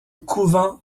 couvent